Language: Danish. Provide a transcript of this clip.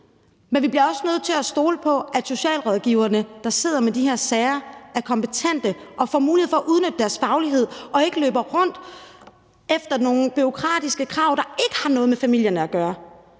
Men vi bliver også nødt til at stole på, at socialrådgiverne, der sidder med de her sager, er kompetente og får mulighed for at udnytte deres faglighed og ikke løber rundt for at efterleve nogle bureaukratiske krav, der ikke har noget med familierne at gøre.